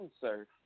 sir